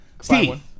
Steve